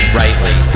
rightly